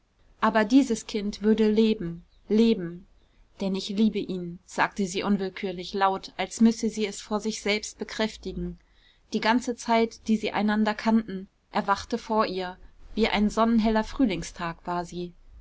aber dieses kind würde leben leben denn ich liebe ihn sagte sie unwillkürlich laut als müsse sie es vor sich selbst bekräftigen die ganze zeit die sie einander kannten erwachte vor ihr wie ein sonnenheller frühlingstag war sie